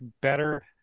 better